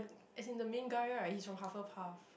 as in the main guy right he's from Hufflepuff